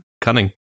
cunning